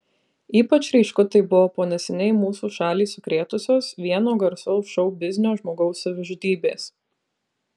ypač ryšku tai buvo po neseniai mūsų šalį sukrėtusios vieno garsaus šou biznio žmogaus savižudybės